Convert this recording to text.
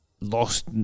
lost